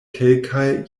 kelkaj